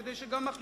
כדי שגם מחליפו,